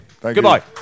Goodbye